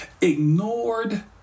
ignored